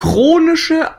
chronische